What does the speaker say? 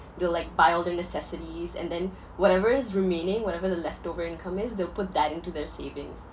they'll like buy all their necessities and then whatever is remaining whatever the leftover income is they'll put that into their savings